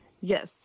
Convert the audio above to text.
Yes